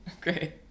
Great